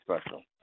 special